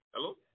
Hello